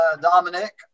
Dominic